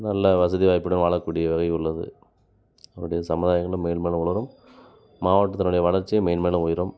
நல்ல வசதி வாய்ப்புடன் வாழக்கூடிய வகை உள்ளது அவருடைய சமுதாயம் இன்னும் மேன்மேலும் வளரும் மாவட்டத்தினுடைய வளர்ச்சியும் மேன்மேலும் உயரும்